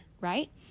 right